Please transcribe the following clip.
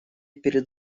перед